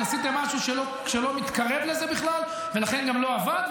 עשיתם משהו שלא מתקרב לזה בכלל ולכן גם לא עבד,